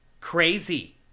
crazy